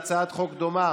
והצעת חוק דומה,